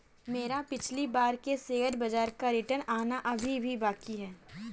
मेरा पिछली बार के शेयर बाजार का रिटर्न आना अभी भी बाकी है